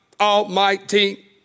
almighty